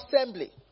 assembly